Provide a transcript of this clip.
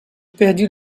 perdit